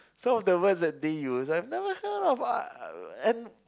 some of the words that they use I have never heard of uh and